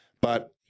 But-